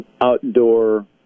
Outdoor